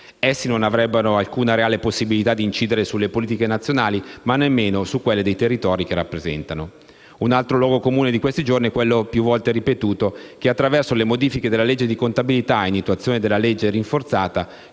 Essi non avrebbero alcuna reale possibilità di incidere sulle politiche nazionali, ma nemmeno su quelle dei territori che rappresentano. Un'altro luogo comune di questi giorni è quello, più volte ripetuto, che attraverso le modifiche alla legge di contabilità in attuazione della legge rinforzata,